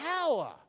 power